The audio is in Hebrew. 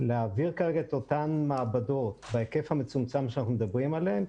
להעביר כרגע את אותן מעבדות בהיקף המצומצם שאנחנו מדברים עליהן,